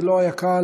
זה לא היה קל,